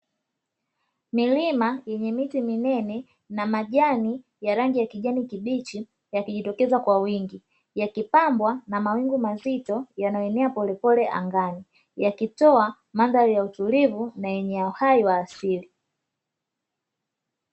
Milima yenye miti minene na majani ya rangi ya kijani kibichi yakijitokeza kwa wingi yakipambwa na mawingu mazito yanaenea polepole angani, yakitoa mandhari ya utulivu na yenye uhai wa asili.